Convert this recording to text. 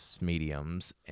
mediums